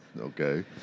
Okay